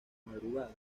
madrugada